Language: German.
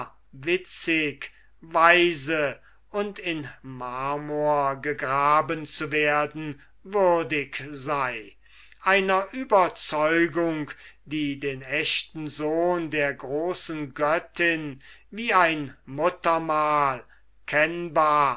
witzig weise und in marmor gegraben zu werden würdig sei einer überzeugung die den echten sohn der großen göttin wie ein